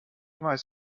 weiß